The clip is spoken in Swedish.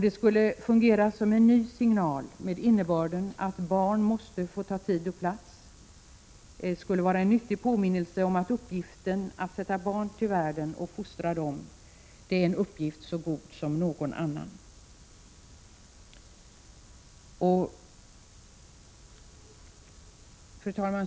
Det skulle'fungera som en signal med innebörden att barn måste få ta tid och plats — en nyttig påminnelse om att uppgiften att sätta barn till världen och fostra dem är en uppgift så god som någon annan.